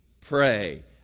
pray